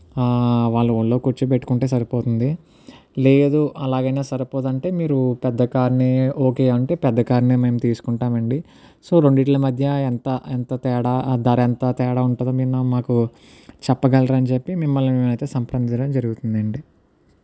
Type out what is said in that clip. వాళ్ళని ఒళ్ళో కూర్చోపెట్టుకుంటే సరిపోతుంది లేదు అలాగైనా సరిపోదు అంటే మీరు పెద్ద కారునే ఓకే అంటే పెద్ద కారునే మేము తీసుకుంటాము అండి సో రెండిట్ల మధ్య ఎంత ఎంత తేడా ధర ఎంత తేడా ఉంటుందో మీరు మాకు చెప్పగలరని చెప్పి మిమ్మల్ని మేము అయితే సంప్రదించడం జరుగుతుంది అండి